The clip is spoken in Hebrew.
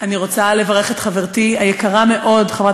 אני רוצה לברך את חברתי היקרה מאוד חברת